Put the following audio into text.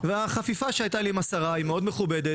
החפיפה שהייתה לי עם השרה היא מאוד מכובדת,